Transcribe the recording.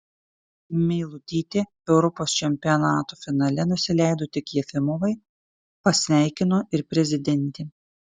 meilutytė europos čempionato finale nusileido tik jefimovai pasveikino ir prezidentė